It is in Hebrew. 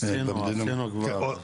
עשינו כבר.